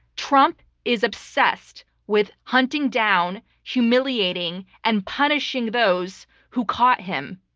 trump is obsessed with hunting down, humiliating, and punishing those who caught him,